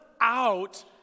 out